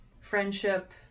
friendship